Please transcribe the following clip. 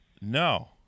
No